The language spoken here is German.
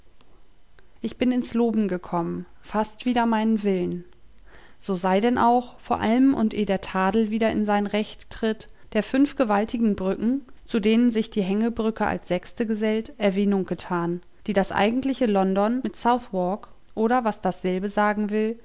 ich bin ins loben gekommen fast wider meinen willen so sei denn auch vor allem und eh der tadel wieder in sein recht tritt der fünf gewaltigen brücken zu denen sich die hängebrücke als sechste gesellt erwähnung getan die das eigentliche london mit southwark oder was dasselbe sagen will